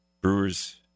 Brewers